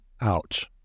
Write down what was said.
Ouch